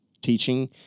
teaching